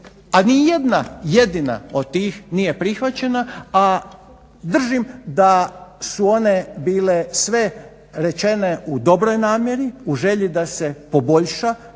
a nijedna jedina od tih nije prihvaćena. A držim da su one bile sve rečene u dobroj namjeri, u želji da se poboljša